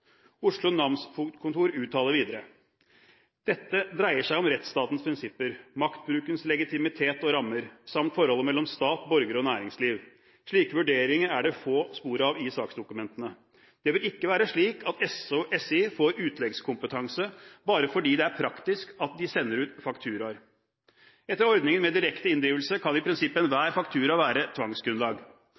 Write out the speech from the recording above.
Oslo namsfogdkontor uttaler videre: «Dette dreier seg om rettsstatens prinsipper, maktbrukens legitimitet og rammer, samt forholdet mellom stat, borgere og næringsliv. Slike vurderinger er det få spor av i saksdokumentene. Det bør ikke være slik at SI får utleggskompetanse bare fordi det er praktisk at de sender ut fakturaer. Etter ordningen med direkte inndrivelse kan i prinsippet enhver faktura være tvangsgrunnlag.